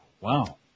Wow